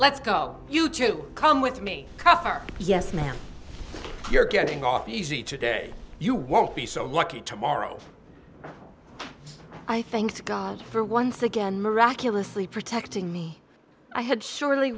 let's go you jew come with me car yes ma'am you're getting off easy today you won't be so lucky tomorrow i thanked god for once again miraculously protecting me i had surely